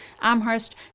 Amherst